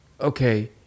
okay